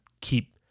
keep